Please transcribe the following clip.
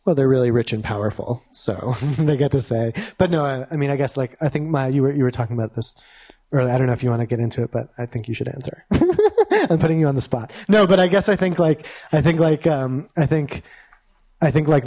well they're really rich and powerful so they get to say but no i mean i guess like i think my you were you were talking about this early i don't know if you want to get into it but i think you should answer i'm putting you on the spot no but i guess i think like i think like i think i think like